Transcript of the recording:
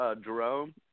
Jerome